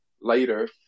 later